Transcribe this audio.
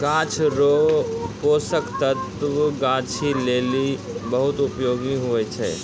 गाछ रो पोषक तत्व गाछी लेली बहुत उपयोगी हुवै छै